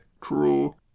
True